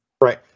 Right